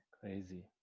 Crazy